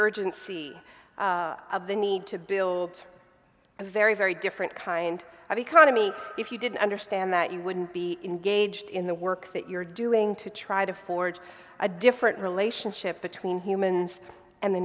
urgency of the need to build a very very different kind of economy if you didn't understand that you wouldn't be engaged in the work that you're doing to try to forge a different relationship between humans and the